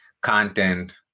content